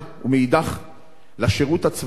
ומאידך לשירות הצבאי,